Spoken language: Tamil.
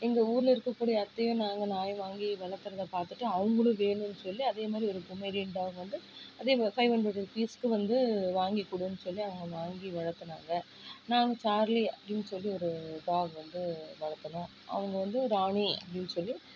எங்கள் ஊரில் இருக்கக்கூடிய அத்தையும் நாங்கள் நாய் வாங்கி வளர்க்கிறதை பார்த்துட்டு அவர்களும் வேணுன்னு சொல்லி அதே மாதிரி ஒரு பொமேரியன் டாக் வந்து அதேப்போல ஃபைவ் ஹண்ரட் ருபீஸ்க்கு வந்து வாங்கி கொடுன்னு சொல்லி அவங்க வாங்கி வளர்த்தினாங்க நாங்கள் சார்லி அப்படின்னு சொல்லி ஒரு டாக் வந்து வளர்த்தினோம் அவங்க வந்து ராணி அப்படின்னு சொல்லி